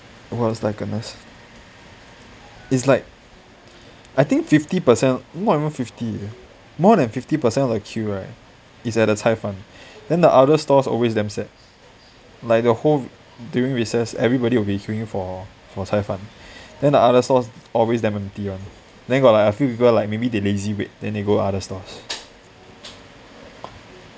!wah! it's like nice it's like I think fifty percent not even fifty eh more than fifty percent of the queue is like at the 菜饭 then the other stalls always damn sad like the whole during recess everybody will be queuing for for 菜饭 then the other stalls always damn empty one then got like a few people like maybe they lazy wait then they go other stalls